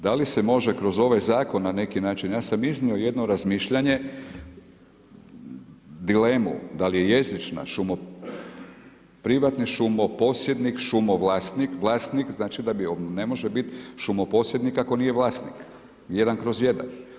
Da li se može kroz ovaj Zakon, na neki način, ja sam iznio jedno razmišljanje, dilemu, da li je jezična, šumo, privatni šumo, posjednik šumovlasnik, vlasnik, znači da ne može biti šumoposjednik ako nije vlasnik 1/1.